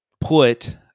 put